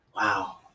wow